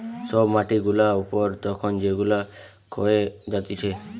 সব মাটি গুলা উপর তখন যেগুলা ক্ষয়ে যাতিছে